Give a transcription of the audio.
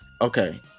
Okay